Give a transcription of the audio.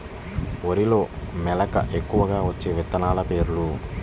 వరిలో మెలక ఎక్కువగా వచ్చే విత్తనాలు పేర్లు?